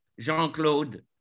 Jean-Claude